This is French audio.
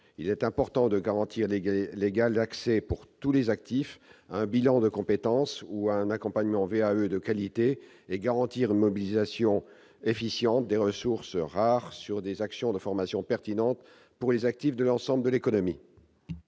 Il est important de garantir l'égal accès, pour tous les actifs, à un bilan de compétences ou à un accompagnement pour VAE de qualité et d'assurer une mobilisation efficiente des ressources rares sur des actions de formation pertinentes pour les actifs et l'ensemble de l'économie.